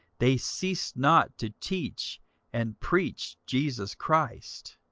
they ceased not to teach and preach jesus christ.